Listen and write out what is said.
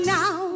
now